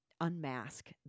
unmask